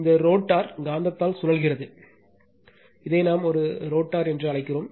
இந்த ரோட்டார் காந்தத்தால் சுழல்கிறது இதை நாம் ஒரு ரோட்டார் என்று அழைக்கிறோம்